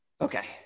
Okay